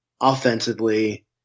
offensively